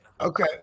Okay